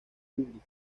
públicas